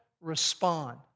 respond